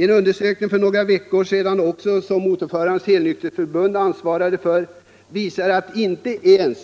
En undersökning för någon vecka sedan som Motorförarnas helnykterhetsförbund ansvarade för visar att inte ens